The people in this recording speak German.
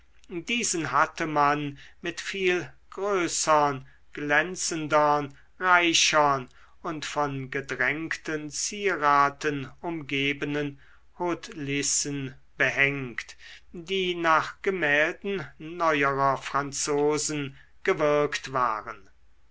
diesen hatte man mit viel größern glänzendern reichern und von gedrängten zieraten umgebenen hautelissen behängt die nach gemälden neuerer franzosen gewirkt waren